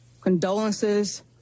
condolences